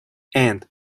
and